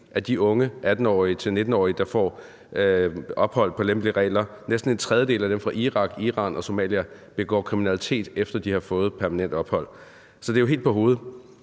af de unge 18-19-årige, der får opholdstilladelse på lempelige regler, altså næsten en tredjedel af dem fra Irak, Iran og Somalia, kriminalitet, efter de har fået permanent opholdstilladelse. Så det er jo helt på hovedet.